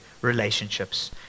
relationships